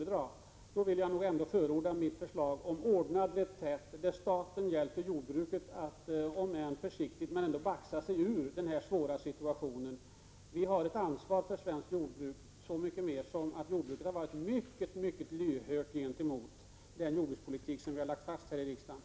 Med anledning av det anförda vill jag ställa följande frågor: 1. Har statsrådet försäkrat sig om att bageriindustrin även i fortsättningen kan använda svensk brödspannmål? 2. Är regeringen i annat fall beredd att stå för de förluster som jordbruket drabbas av?